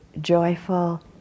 joyful